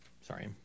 sorry